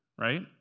right